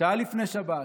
שעה לפני שבת,